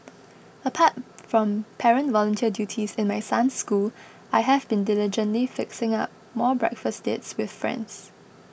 apart from parent volunteer duties in my son's school I have been diligently fixing up more breakfast dates with friends